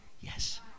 yes